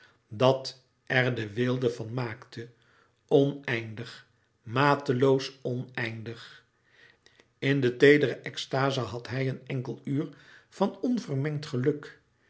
dat er de weelde van maakte oneindig mateloos oneindig in de teedere extaze had hij een enkel uur van onvermengd geluk